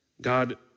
God